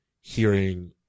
hearing